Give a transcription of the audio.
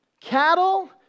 Cattle